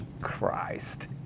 christ